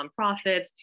nonprofits